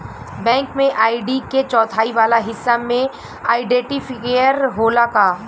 Bank में ID के चौथाई वाला हिस्सा में आइडेंटिफैएर होला का?